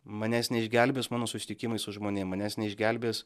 manęs neišgelbės mano susitikimai su žmonėm manęs neišgelbės